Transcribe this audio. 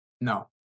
No